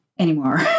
anymore